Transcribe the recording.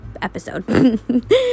episode